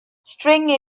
string